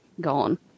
gone